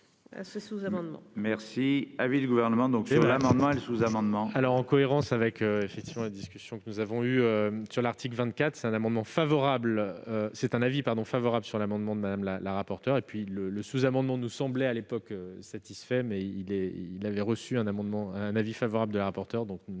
est l'avis du Gouvernement sur l'amendement et le sous-amendement ?